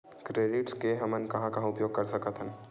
Credit के हमन कहां कहा उपयोग कर सकत हन?